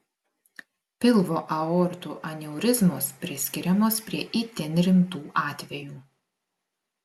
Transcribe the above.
pilvo aortų aneurizmos priskiriamos prie itin rimtų atvejų